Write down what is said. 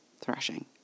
thrashing